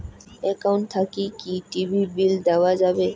Account থাকি কি TV bill দেওয়া যাবে?